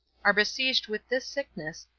are besieged with this sickness,